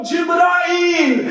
Jibra'il